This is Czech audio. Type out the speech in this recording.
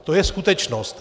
To je skutečnost.